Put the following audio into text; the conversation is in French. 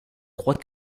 crois